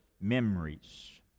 memories